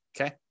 okay